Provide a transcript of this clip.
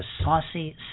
Saucy